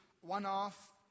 one-off